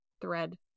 thread